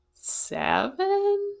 seven